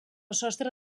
sostre